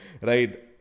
right